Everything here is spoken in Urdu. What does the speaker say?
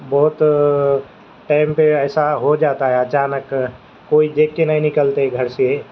بہت ٹیم پہ ایسا ہو جاتا ہے اچانک کوئی دیکھ کے نہیں نکلتے گھر سے